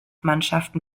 mannschaften